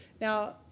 Now